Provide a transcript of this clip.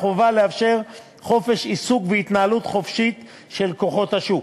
החובה לאפשר חופש עיסוק והתנהלות חופשית של כוחות השוק.